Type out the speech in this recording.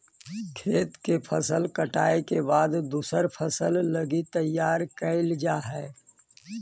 खेत के फसल कटाई के बाद दूसर फसल लगी तैयार कैल जा हइ